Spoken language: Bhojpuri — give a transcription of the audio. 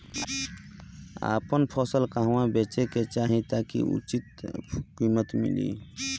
आपन फसल कहवा बेंचे के चाहीं ताकि उचित कीमत मिली?